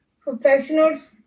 professionals